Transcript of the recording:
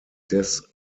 des